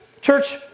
Church